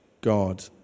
God